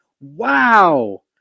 Wow